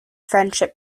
friendship